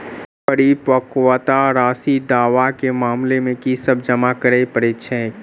परिपक्वता राशि दावा केँ मामला मे की सब जमा करै पड़तै छैक?